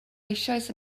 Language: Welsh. eisoes